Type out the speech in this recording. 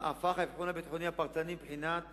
הפך האבחון הביטחוני הפרטני לבחינת